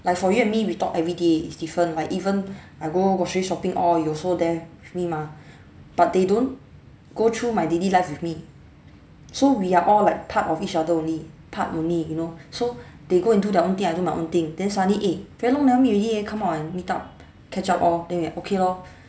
like for you and me we talk everyday is different like even I go grocery shopping all you also there with me mah but they don't go through my daily life with me so we are all like part of each other only part only you know so they go and do their own thing I do my own thing then suddenly eh very long never meet already eh come out and meet up catch up orh then we okay lor